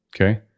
Okay